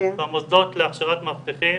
במוסדות להכשרת מאבטחים